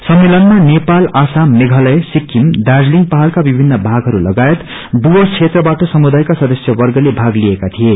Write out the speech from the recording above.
सम्मेलनमा नेपाल असम मेघालय सिकिम दार्जीलिङ पाहाइका विभिन्न भागहरू लागायत डुवैस क्षेत्रबाट समुदायका सदस्यवर्गले भाग लिएका थिए